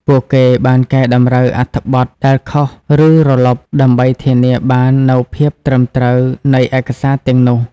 ពួកគេបានកែតម្រូវអត្ថបទដែលខុស ឬរលុប ដើម្បីធានាបាននូវភាពត្រឹមត្រូវនៃឯកសារទាំងនោះ។